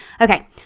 Okay